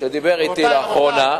שדיבר אתי לאחרונה,